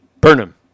Burnham